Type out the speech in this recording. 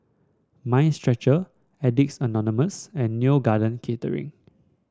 Mind Stretcher Addicts Anonymous and Neo Garden Catering